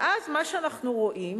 ואז מה שאנחנו רואים